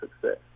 success